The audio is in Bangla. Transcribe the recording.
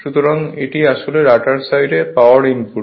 সুতরাংRefer Time 0311 এটা আসলে রটার সাইডে পাওয়ার ইনপুট